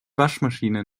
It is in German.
waschmaschine